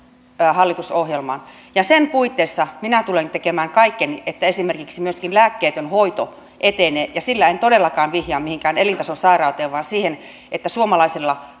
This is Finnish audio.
hallitusohjelmaan ja sen puitteissa minä tulen tekemään kaikkeni että esimerkiksi myöskin lääkkeetön hoito etenee ja sillä en todellakaan vihjaa mihinkään elintasosairauteen vaan siihen että suomalaisella